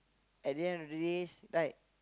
at the end of days right